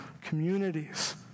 communities